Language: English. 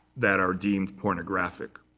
that are deemed pornographic.